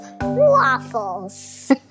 Waffles